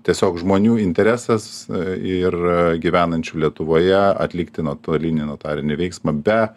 tiesiog žmonių interesas ir gyvenančių lietuvoje atlikti nuotolinį notarinį veiksmą be